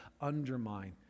undermine